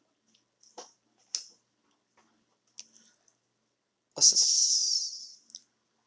uh s~